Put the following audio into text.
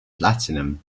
platinum